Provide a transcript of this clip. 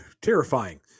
terrifying